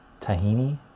Tahini